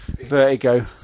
vertigo